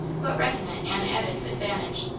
but reckon it an added advantage.